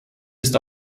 ist